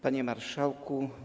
Panie Marszałku!